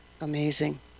Amazing